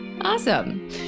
Awesome